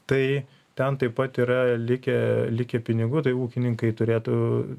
tai ten taip pat yra likę likę pinigų tai ūkininkai turėtų